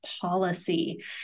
policy